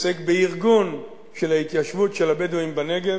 עוסק בארגון של ההתיישבות של הבדואים בנגב,